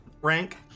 rank